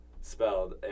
spelled